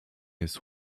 jest